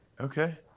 Okay